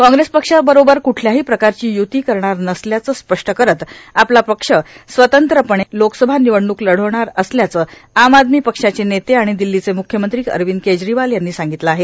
काँग्रेस पक्षाबरोबर कुठल्याही प्रकारची युती करणार नसल्याचं स्पष्ट करत आपला पक्ष स्वतंत्रपणे लोकसभा निवडणूक लढवणार असल्याचं आम आदमी पक्षाचे नेते आणि दिल्लीचे मुख्यमंत्री अरविंद केजरीवाल यांनी सांगितलं आहे